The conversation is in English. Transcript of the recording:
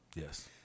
Yes